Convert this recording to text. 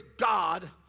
God